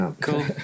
Cool